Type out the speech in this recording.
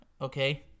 okay